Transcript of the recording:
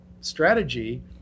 strategy